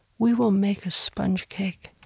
we will make a sponge cake.